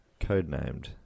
codenamed